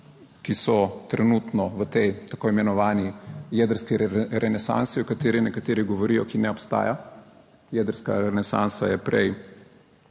ki so trenutno v tej tako imenovani jedrski renesansi, o kateri nekateri govorijo, ki ne obstaja. Jedrska renesansa je prej